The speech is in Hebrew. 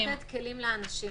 צריך לתת כלים לאנשים